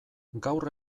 gaur